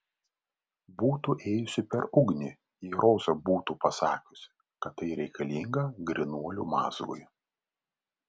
būtų ėjusi per ugnį jei roza būtų pasakiusi kad tai reikalinga grynuolių mazgui